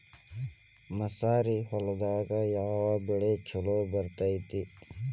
ಮಸಾರಿ ಹೊಲದಾಗ ಯಾವ ಬೆಳಿ ಛಲೋ ಬರತೈತ್ರೇ?